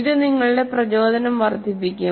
ഇത് നിങ്ങളുടെ പ്രചോദനം വർദ്ധിപ്പിക്കും